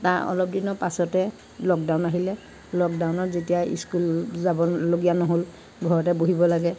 তাৰ অলপ দিনৰ পাছতে লকডাউন আহিলে লকডাউনত যেতিয়া স্কুল যাবলগীয়া নহ'ল ঘৰতে বহিব লাগে